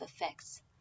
effects